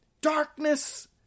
darkness